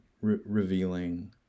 revealing